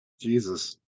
Jesus